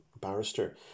barrister